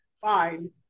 Fine